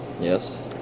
Yes